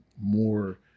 more